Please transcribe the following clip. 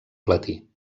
platí